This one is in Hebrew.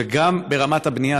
וגם ברמת הבנייה.